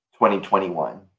2021